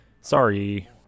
Sorry